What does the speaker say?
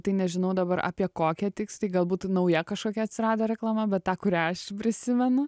tai nežinau dabar apie kokią tiksliai galbūt nauja kažkokia atsirado reklama bet tą kurią aš prisimenu